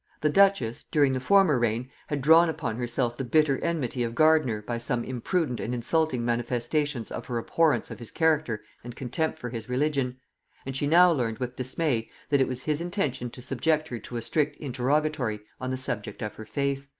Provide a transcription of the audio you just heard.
the duchess, during the former reign, had drawn upon herself the bitter enmity of gardiner by some imprudent and insulting manifestations of her abhorrence of his character and contempt for his religion and she now learned with dismay that it was his intention to subject her to a strict interrogatory on the subject of her faith.